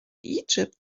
egypt